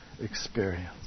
experience